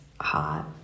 hot